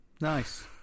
Nice